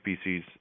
species